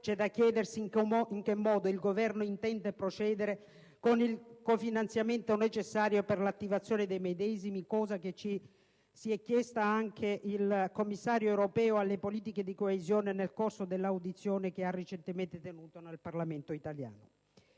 c'è da chiedersi in che modo il Governo intenda procedere con il cofinanziamento necessario per l'attivazione dei medesimi, cosa che si è chiesto anche il commissario europeo alle politiche di coesione nel corso dell'audizione che ha recentemente tenuto nel Parlamento italiano.